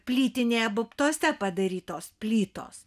plytinėje abuptuose padarytos plytos